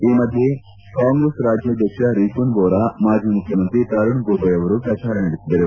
ಈ ಮಧ್ಯೆ ಕಾಂಗ್ರೆಸ್ ರಾಣ್ಯಾಧ್ಯಕ್ಷ ರಿಪುನ್ ಜೋರ ಮಾಜಿ ಮುಖ್ಯಮಂತ್ರಿ ತರುಣ್ ಗೋಗಯ್ ಅವರು ಪ್ರಚಾರ ನಡೆಸಿದರು